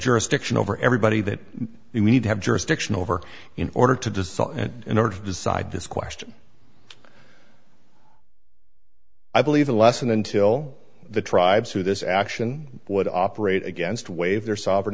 jurisdiction over everybody that you need to have jurisdiction over in order to dissolve and in order to decide this question i believe unless and until the tribes who this action would operate against waive their sovereign